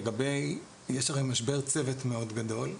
הרי יש משבר צוות מאוד גדול: